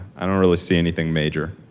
i don't really see anything major,